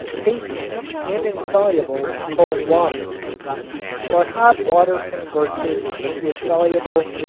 tasteless, and insoluble in cold water but hot water converts it into a soluble,